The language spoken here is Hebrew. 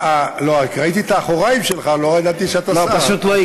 ראיתי את האחוריים שלך, לא ידעתי שאתה שר.